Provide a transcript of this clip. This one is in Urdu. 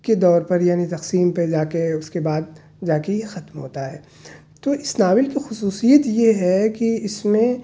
کے دور پر یعنی تقسیم پہ جا کے اس کے بعد جا کے یہ ختم ہوتا ہے تو اس ناول کی خصوصیت یہ ہے کہ اس میں